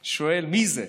שואל: מי זה?